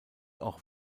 auch